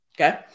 okay